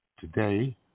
today